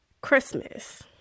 Christmas